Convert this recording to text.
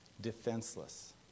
defenseless